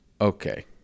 Okay